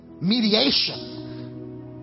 mediation